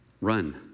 run